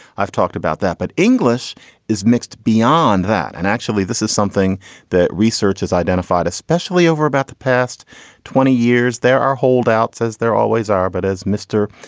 i've talked about that. but english is mixed beyond that. and actually, this is something that research has identified, especially over about the past twenty years. there are holdouts, as there always are. but as mr.